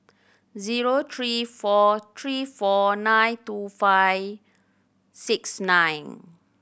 zero three four three four nine two five six nine